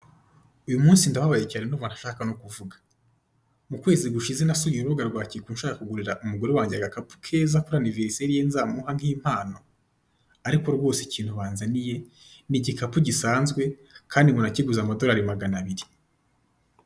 Uyu munsi ndababaye cyane ndumva ntashaka no kuvuga, mu kwezi gushize nasuye urubuga rwa kiku nshaka kugurira umugore wanjye agakapu keza kuri aniveriseri ye nzamuha nk'impano, ariko rwose ikintu banzaniye ni igikapu gisanzwe kandi ngo nakiguze amadorari maganabiri.